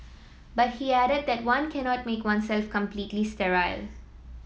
but he added that one cannot make oneself completely sterile